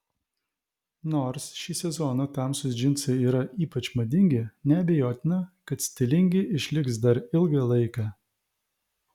nors šį sezoną tamsūs džinsai yra ypač madingi neabejotina kad stilingi išliks dar ilgą laiką